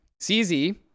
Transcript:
cz